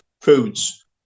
foods